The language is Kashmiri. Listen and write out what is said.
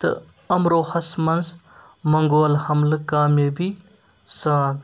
تہٕ امروہس منٛز منگول حملہٕ کامیٲبی سان